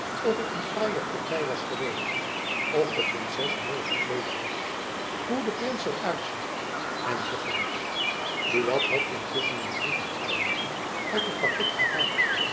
of het een fraaie party was geweest of de princes mooi gekleed was hoe de prins er uit zag enz buat had intusschen den brief aan arlington uit het pakket gehaald